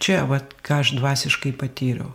čia vat ką aš dvasiškai patyriau